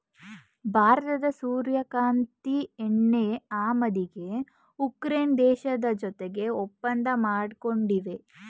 ಭಾರತದ ಸೂರ್ಯಕಾಂತಿ ಎಣ್ಣೆ ಆಮದಿಗೆ ಉಕ್ರೇನ್ ದೇಶದ ಜೊತೆಗೆ ಒಪ್ಪಂದ ಮಾಡ್ಕೊಂಡಿದೆ